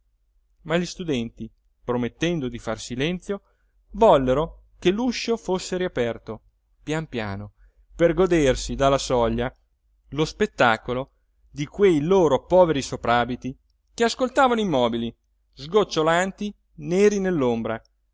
ma gli studenti promettendo di far silenzio vollero che l'uscio fosse riaperto pian piano per godersi dalla soglia lo spettacolo di quei loro poveri soprabiti che ascoltavano immobili sgocciolanti neri